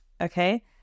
Okay